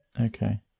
Okay